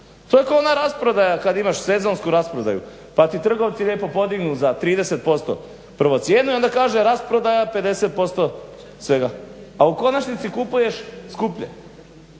To je kao ona rasprodaja kad imaš sezonsku rasprodaju pa ti trgovci lijepo podignu za 30% prvo cijenu i onda kaže rasprodaja 50% svega, a u konačnici kupuješ skuplje.